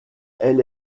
elle